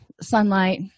sunlight